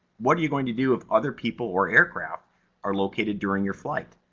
what are you going to do if other people or aircraft are located during your flight?